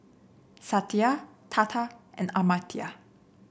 Satya Tata and Amartya